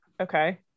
okay